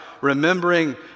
remembering